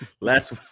Last